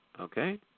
Okay